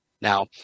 Now